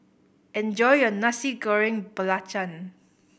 enjoy your Nasi Goreng Belacan